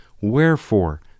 Wherefore